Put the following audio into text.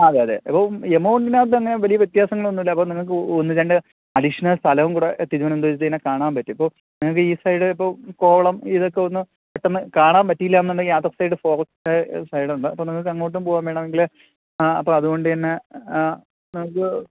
അതെ അതെ അപ്പോള് എമൗണ്ടിനകത്തുതന്നെ വലിയ വ്യത്യാസങ്ങളൊന്നുമില്ല അപ്പോള് നിങ്ങള്ക്ക് ഒന്ന് രണ്ട് അഡീഷണല് സ്ഥലംകൂടെ തിരുവനന്തപുരത്തു തന്നെ കാണാൻ പറ്റും ഇപ്പോള് നിങ്ങള്ക്ക് ഈ സൈഡ് ഇപ്പോള് കോവളം ഇതൊക്കെ ഒന്ന് പെട്ടെന്ന് കാണാൻ പറ്റിയില്ലാന്നുണ്ടെങ്കില് അദര് സൈഡ് ഫോറസ്റ്റ് സൈഡ ഉണ്ട് അപ്പോള് നിങ്ങള്ക്ക് അങ്ങോട്ടും പോവാം വേണമെങ്കില് അപ്പോള് അതുകൊണ്ട് തന്നെ നമുക്ക്